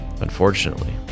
unfortunately